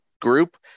group